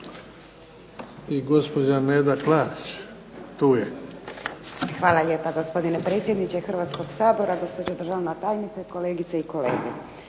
**Klarić, Nedjeljka (HDZ)** Hvala lijepo gospodine predsjedniče Hrvatskog sabora. Gospođo državna tajnice, kolegice i kolege.